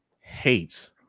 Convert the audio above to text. hates